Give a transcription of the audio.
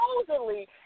supposedly